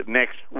next